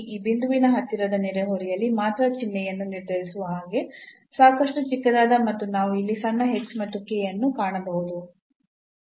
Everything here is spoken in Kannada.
ಈ ಬಿಂದುವಿನ ಹತ್ತಿರದ ನೆರೆಹೊರೆಯಲ್ಲಿ ಮಾತ್ರ ಚಿಹ್ನೆಯನ್ನು ನಿರ್ಧರಿಸುವ ಹಾಗೆ ಸಾಕಷ್ಟು ಚಿಕ್ಕದಾದ ನಾವು ಇಲ್ಲಿ ಸಣ್ಣ h ಮತ್ತು k ಅನ್ನು ಕಾಣಬಹುದು